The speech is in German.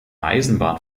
eisenbahn